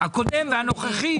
הקודמים והנוכחיים?